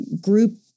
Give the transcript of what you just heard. group